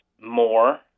more